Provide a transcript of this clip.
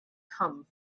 come